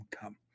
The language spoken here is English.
come